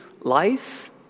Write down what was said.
life